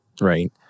right